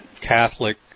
Catholic